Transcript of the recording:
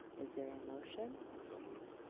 is there a motion? so moved.